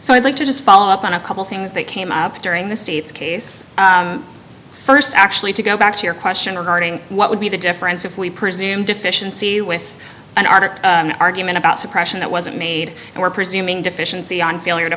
so i'd like to just follow up on a couple things that came up during the state's case first actually to go back to your question regarding what would be the difference if we presume deficiency with an arctic argument about suppression that wasn't made or presuming deficiency on failure to